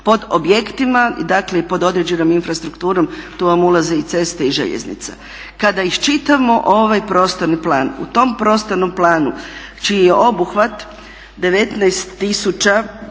pod objektima, dakle i pod određenom infrastrukturom. Tu vam ulaze i ceste i željeznice. Kada ih čitamo ovaj prostorni plan, u tom prostornom planu čiji je obuhvat 19330